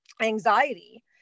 anxiety